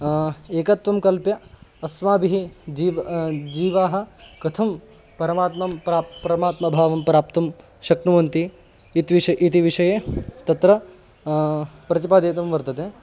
एकत्वं कल्प्य अस्माभिः जीवः जीवाः कथं परमात्मं प्राप्य परमात्मभावं प्राप्तुं शक्नुवन्ति इति विषयः इति विषये तत्र प्रतिपादयितुं वर्तते